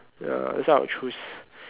ya that's what I would choose